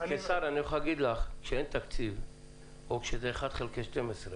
כשר לשעבר אני יכול לומר לך שכאשר אין תקציב או כשזה 1 חלקי 12,